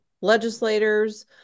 legislators